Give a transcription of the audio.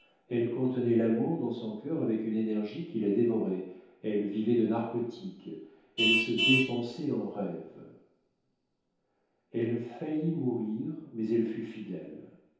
elle contenait l'amour dans son cœur avec une énergie qui la dévorait elle vivait de narcotiques elle se dépensait en rêves elle faillit mourir mais elle fut fidèle